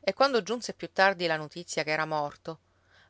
e quando giunse più tardi la notizia che era morto